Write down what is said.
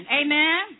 amen